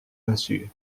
massue